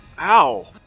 Ow